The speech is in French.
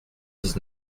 dix